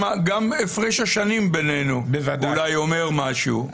גם הפרש השנים בינינו אולי אומר משהו.